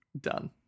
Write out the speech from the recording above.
Done